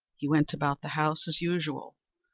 he went about the house as usual,